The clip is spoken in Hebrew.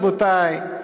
רבותי,